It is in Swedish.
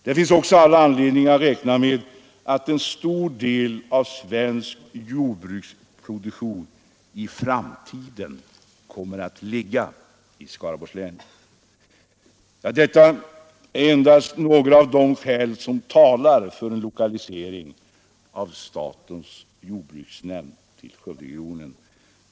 Det är också all anledning att räkna med att en stor del av svensk jordbruksproduktion i framtiden kommer att ligga i Skaraborgs län. Det är endast några av de skäl som talar för en lokalisering av statens jordbruksnämnd till Skövderegionen.